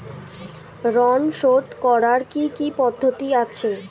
ঋন শোধ করার কি কি পদ্ধতি আছে?